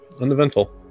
uneventful